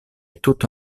tutto